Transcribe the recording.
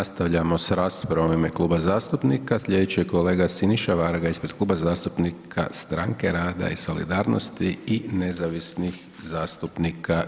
Nastavljamo s raspravom u ime kluba zastupnika, slijedeći je kolega Siniša Varga ispred Kluba zastupnika Stranke rada i solidarnosti i nezavisnih zastupnika.